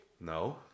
No